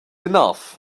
enough